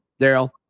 Daryl